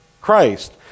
Christ